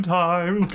time